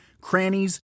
crannies